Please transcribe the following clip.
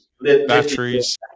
batteries